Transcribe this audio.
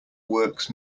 works